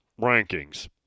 rankings